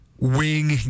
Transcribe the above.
Wing